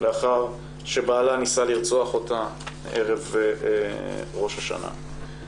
לאחר שבעלה ניסה לרצוח אותה ערב ראש השנה.